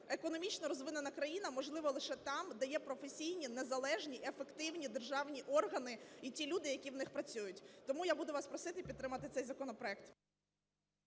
економічно розвинена країна можлива лише там, де є професійні, незалежні і ефективні державні органи і ті люди, які в них працюють. Тому я буду вас просити підтримати цей законопроект.